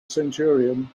centurion